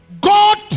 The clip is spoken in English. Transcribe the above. God